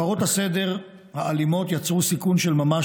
הפרות הסדר האלימות יצרו סיכון של ממש